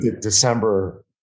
December